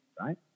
right